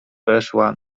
weszła